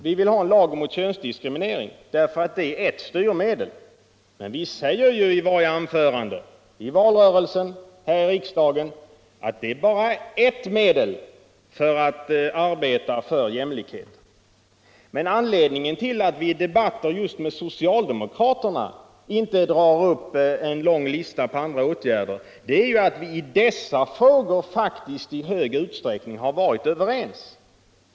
Vi vill ha en lagstiftning mot könsdiskriminering, därför att det är ett styrmedel. Men vi säger ju i varje anförande - vi gjorde det i valrörelsen, och vi gör det nu här i riksdagen — att det bara är ert medei i arbetet för jämlikheten. Anledningen till att vi i debatter med just socialdemokraterna inte räknar upp en lång lista över andra åtgärder är att vi i dessa frågor faktiskt i stor utsträckning varit överens.